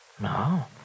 No